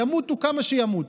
ימותו כמה שימותו,